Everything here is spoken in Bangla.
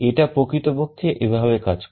এটা প্রকৃতপক্ষে এভাবে কাজ করে